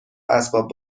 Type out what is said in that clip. اسباب